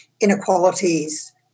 inequalities